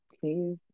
please